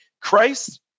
christ